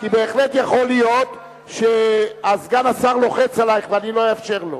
כי בהחלט יכול להיות שסגן השר לוחץ עלייך ואני לא אאפשר לו.